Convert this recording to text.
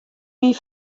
myn